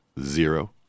zero